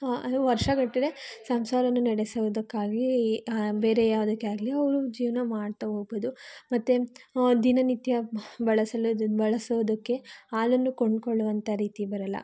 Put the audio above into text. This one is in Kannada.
ವರ್ಷಗಟ್ಟಲೆ ಸಂಸಾರವನ್ನು ನಡೆಸುವುದಕ್ಕಾಗಿ ಬೇರೆ ಯಾವುದಕ್ಕೆ ಆಗಲಿ ಅವರು ಜೀವನ ಮಾಡ್ತಾಹೋಗಬಹುದು ಮತ್ತೆ ದಿನನಿತ್ಯ ಬಳಸಲು ಬಳಸೋದಕ್ಕೆ ಹಾಲನ್ನು ಕೊಂಡ್ಕೊಳ್ಳುವಂಥ ರೀತಿ ಬರಲ್ಲ